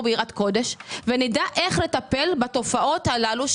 ביראת קודש ונדע איך לטפל בתופעות הללו,